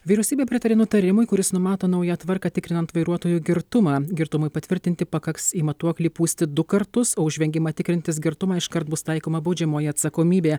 vyriausybė pritarė nutarimui kuris numato naują tvarką tikrinant vairuotojų girtumą girtumui patvirtinti pakaks į matuoklį pūsti du kartus o už vengimą tikrintis girtumą iškart bus taikoma baudžiamoji atsakomybė